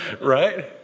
right